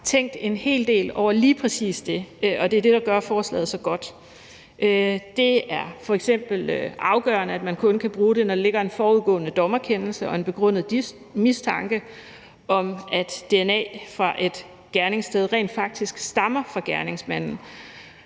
har tænkt en hel del over lige præcis det, og det er det, der gør forslaget så godt. Det er f.eks. afgørende, at man kun kan bruge det, når der ligger en forudgående dommerkendelse og en begrundet mistanke om, at dna fra et gerningssted rent faktisk stammer fra gerningsmanden.